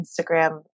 Instagram